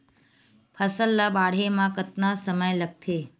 फसल ला बाढ़े मा कतना समय लगथे?